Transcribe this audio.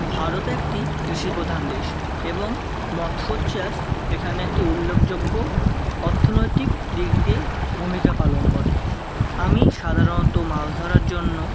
ভারত একটি কৃষিপ্রধান দেশ এবং মৎস্যর চাষ এখানে একটি উল্লেখযোগ্য অর্থনৈতিক দিক দিয়ে ভূমিকা পালন করে আমি সাধারণত মাছ ধরার জন্য